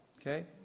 Okay